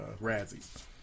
Razzie's